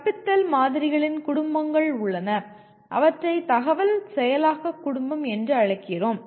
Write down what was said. கற்பித்தல் மாதிரிகளின் குடும்பங்கள் உள்ளன அவற்றை தகவல் செயலாக்க குடும்பம் என்று அழைக்கிறோம்